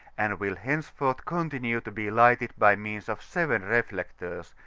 and will henceforth continue to be lighted by means of seven reflectors,